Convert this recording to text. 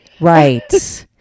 Right